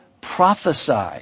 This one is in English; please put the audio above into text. prophesy